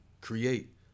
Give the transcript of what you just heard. create